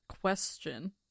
question